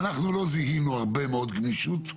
אנחנו לא זיהינו הרבה מאוד גמישות,